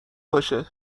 باشه